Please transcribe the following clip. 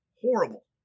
horrible